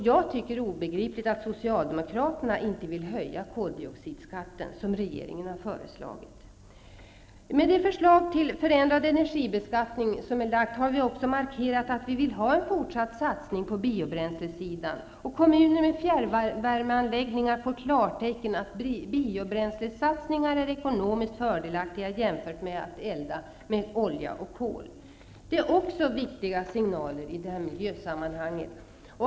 Jag tycker att det är obegripligt att Socialdemokraterna motsätter sig en höjning av koldioxidskatten, som regeringen har föreslagit. Med det förslag till förändrad energibeskattning som har lagts fram har vi också markerat att vi vill se en fortsatt satsning på biobränslen. Kommuner med fjärrvärmeanläggningar får nu klartecken för det ekonomiskt fördelaktiga att satsa på biobränsle jämfört med att elda med olja och kol. Detta är också viktiga signaler i miljösammanhang.